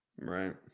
Right